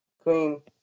Queen